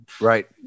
Right